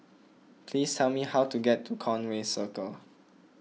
please tell me how to get to Conway Circle